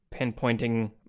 pinpointing